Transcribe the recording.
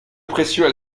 précieux